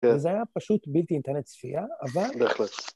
‫וזה היה פשוט בלתי ניתן לצפייה, אבל... ‫-בהחלט.